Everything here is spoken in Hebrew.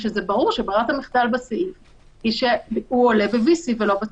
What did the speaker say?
כשזה ברור שברירת המחדל בסעיף היא שהוא עולה ב-VC ולא בטלפון.